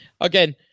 Again